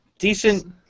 Decent